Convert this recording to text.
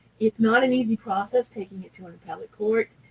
it's not an easy process taking it to an appellate court.